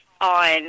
on